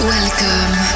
Welcome